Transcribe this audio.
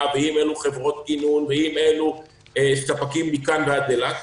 ואם אלו חברות גינון ואם אלו ספקים מכאן ועד אילת.